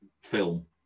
film